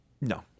No